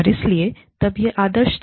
और इसलिए तब यह आदर्श था